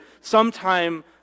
sometime